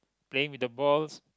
playing with the balls